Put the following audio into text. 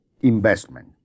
investment